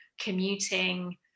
commuting